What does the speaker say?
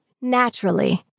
Naturally